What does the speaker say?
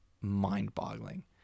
mind-boggling